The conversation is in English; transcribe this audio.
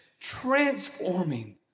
transforming